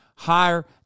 higher